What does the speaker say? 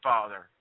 Father